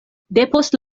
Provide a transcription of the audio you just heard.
depost